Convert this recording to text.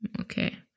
Okay